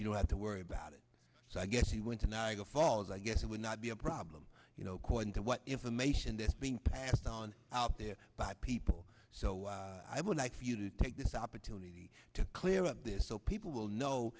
you don't have to worry about it so i guess he went to niagara falls i guess it would not be a problem you know call in to what information that's being passed on out there by people so i would like for you to take this opportunity to clear up this so people will know